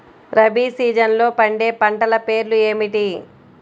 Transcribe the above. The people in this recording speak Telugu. రబీ సీజన్లో పండే పంటల పేర్లు ఏమిటి?